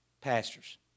pastors